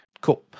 Cool